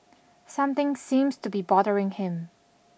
something seems to be bothering him